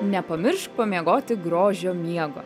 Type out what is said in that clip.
nepamiršk pamiegoti grožio miego